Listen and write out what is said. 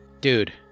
Dude